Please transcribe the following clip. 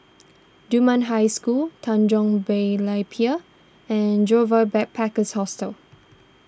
Dunman High School Tanjong Berlayer Pier and Joyfor Backpackers' Hostel